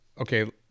okay